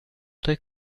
tre